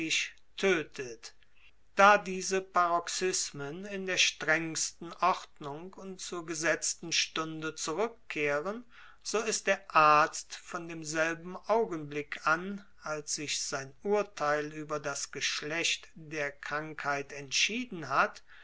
da diese paroxysmen in der strengsten ordnung und zur gesetzten stunde zurückkehren so ist der arzt von demselben augenblick an als sich sein urteil über das geschlecht der krankheit entschieden hat